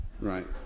right